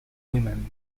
women